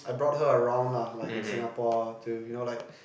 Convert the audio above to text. I brought her around lah like in Singapore to you know like